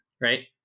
right